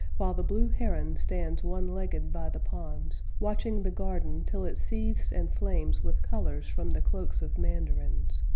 while the blue heron stands one-legged by the ponds, watching the garden till it seethes and flames with colors from the cloaks of mandarins.